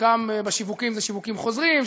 חלקן בשיווקים שזה שיווקים חוזרים,